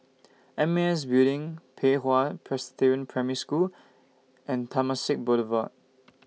M A S Building Pei Hwa Presbyterian Primary School and Temasek Boulevard